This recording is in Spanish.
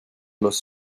los